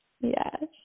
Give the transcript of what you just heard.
Yes